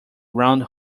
round